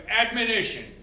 admonition